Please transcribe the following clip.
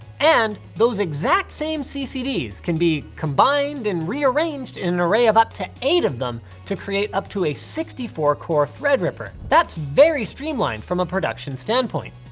and those exact same ccds can be combined and rearranged in an array of up to eight of them to create up to a sixty four core thread ripper. that's very streamlined from a production standpoint.